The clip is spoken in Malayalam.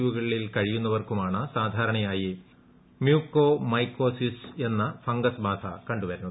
യു കളിൽ കഴിയുന്നവർക്കുമാണ് സാധാരണയായി മ്യൂകോർമൈകോസിസ് എന്ന ഫംഗസ് ബാധ കണ്ടുവരുന്നത്